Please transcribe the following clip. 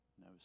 no